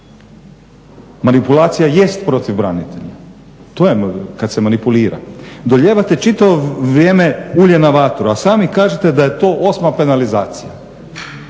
Manipulacija jest protiv branitelja, to je kada se manipulira. Dolijevate čitavo vrijeme ulje na vatru, a sami kažete da je 8.penalizacija.